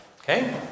Okay